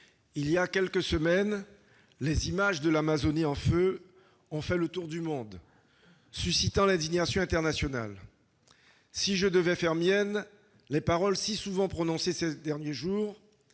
voilà quelques semaines, les images de l'Amazonie en feu ont fait le tour du monde, suscitant l'indignation internationale. Pour faire miennes des paroles si souvent prononcées ces derniers jours,